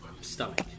stomach